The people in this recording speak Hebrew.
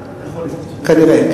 כנראה.